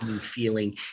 feeling